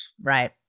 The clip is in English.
Right